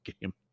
game